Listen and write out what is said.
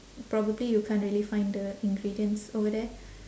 probably you can't really find the ingredients over there